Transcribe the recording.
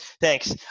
Thanks